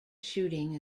shooting